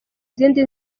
zindi